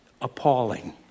appalling